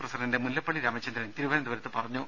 president Mullappally Ramachandran തിരുവനന്തപുരത്ത് അറിയിച്ചു